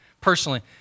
personally